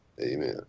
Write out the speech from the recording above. Amen